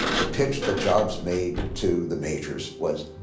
the pitch that jobs made to the majors was,